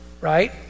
right